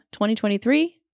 2023